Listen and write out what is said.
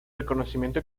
reconocimiento